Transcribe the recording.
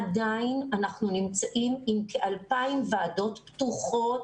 עדיין אנחנו נמצאים עם כ2,000- ועדות פתוחות